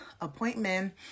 appointment